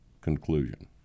conclusion